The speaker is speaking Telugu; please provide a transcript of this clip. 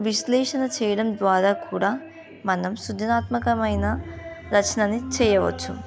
విశ్లేషణ చేయడం ద్వారా కూడా మనం సృజనాత్మకమైన రచనని చేయవచ్చు